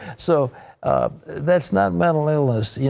so that's not mental illness. yeah